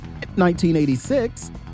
1986